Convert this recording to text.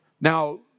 Now